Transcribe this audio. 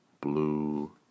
blue